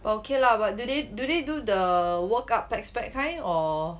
but okay lah but do they do they do the kind or